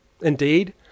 Indeed